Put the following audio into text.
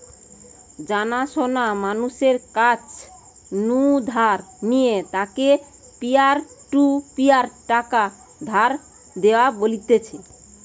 জানা শোনা মানুষের কাছ নু ধার নিলে তাকে পিয়ার টু পিয়ার টাকা ধার দেওয়া বলতিছে